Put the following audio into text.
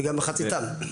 וגם מחציתם.